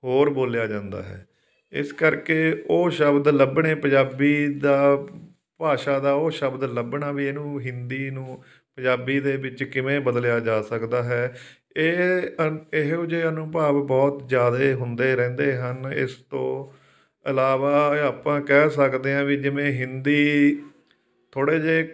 ਹੋਰ ਬੋਲਿਆ ਜਾਂਦਾ ਹੈ ਇਸ ਕਰਕੇ ਉਹ ਸ਼ਬਦ ਲੱਭਣੇ ਪੰਜਾਬੀ ਦਾ ਭਾਸ਼ਾ ਦਾ ਉਹ ਸ਼ਬਦ ਲੱਭਣਾ ਵੀ ਇਹਨੂੰ ਹਿੰਦੀ ਨੂੰ ਪੰਜਾਬੀ ਦੇ ਵਿੱਚ ਕਿਵੇਂ ਬਦਲਿਆ ਜਾ ਸਕਦਾ ਹੈ ਇਹ ਇਹੋ ਜਿਹੇ ਅਨੁਭਵ ਬਹੁਤ ਜ਼ਿਆਦਾ ਹੁੰਦੇ ਰਹਿੰਦੇ ਹਨ ਇਸ ਤੋਂ ਇਲਾਵਾ ਆਪਾਂ ਕਹਿ ਸਕਦੇ ਹਾਂ ਵੀ ਜਿਵੇਂ ਹਿੰਦੀ ਥੋੜ੍ਹੇ ਜਿਹੇ